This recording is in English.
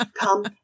come